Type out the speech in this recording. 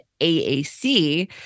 AAC